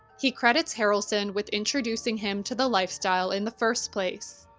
he credits harrelson with introducing him to the lifestyle in the first place.